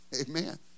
Amen